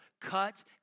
cut